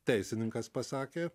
teisininkas pasakė